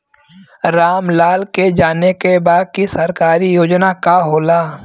राम लाल के जाने के बा की सरकारी योजना का होला?